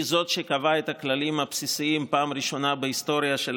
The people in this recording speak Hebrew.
היא זאת שקבעה את הכללים הבסיסיים בפעם הראשונה בהיסטוריה של